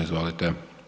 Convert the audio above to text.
Izvolite.